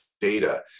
data